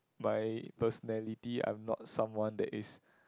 my personality I'm not someone that is